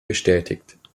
bestätigt